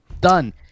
Done